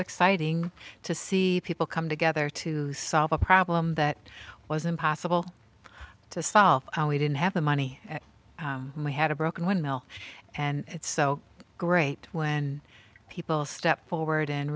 exciting to see people come together to solve a problem that was impossible to solve we didn't have the money and we had a broken window and it's so great when people step forward and